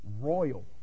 royal